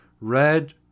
Red